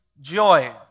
joy